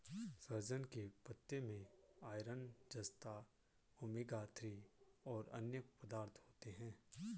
सहजन के पत्ते में आयरन, जस्ता, ओमेगा थ्री और अन्य पदार्थ होते है